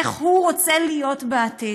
איך הוא רוצה להיות בעתיד.